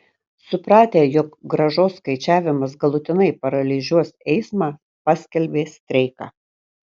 supratę jog grąžos skaičiavimas galutinai paralyžiuos eismą paskelbė streiką